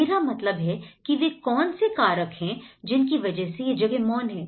मेरा मतलब है कि वे कौन से कारक हैं जिनकी वजह से यह जगह मौन हैं